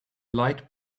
light